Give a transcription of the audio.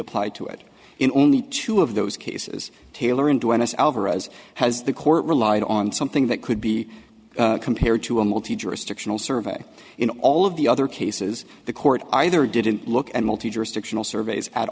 applied to it in only two of those cases taylor and when it's alvarez has the court relied on something that could be compared to a multi jurisdictional survey in all of the other cases the court either didn't look and multi jurisdictional surveys at